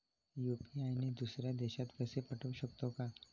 UPI ने दुसऱ्या देशात पैसे पाठवू शकतो का?